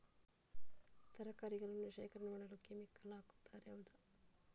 ತರಕಾರಿಗಳನ್ನು ಶೇಖರಣೆ ಮಾಡಲು ಕೆಮಿಕಲ್ ಹಾಕುತಾರೆ ಹೌದ?